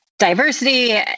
diversity